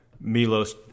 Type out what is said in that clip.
Milos